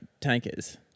tankers